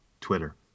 Twitter